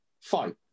Fight